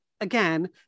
again